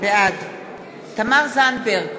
בעד תמר זנדברג,